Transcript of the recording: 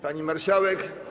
Pani Marszałek!